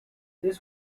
this